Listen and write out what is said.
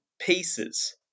pieces